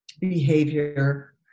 behavior